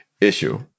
issue